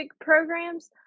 programs